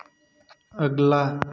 अगला